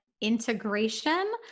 integration